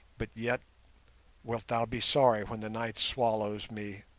but yet wilt thou be sorry when the night swallows me